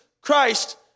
Christ